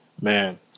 man